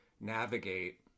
navigate